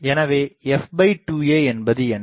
எனவேf2a என்பது என்ன